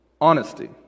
honesty